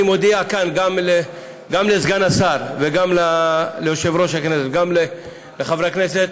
אני מודיע גם לסגן השר וגם ליושב-ראש הכנסת וגם לחברי הכנסת,